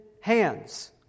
hands